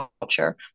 culture